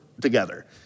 together